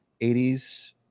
80s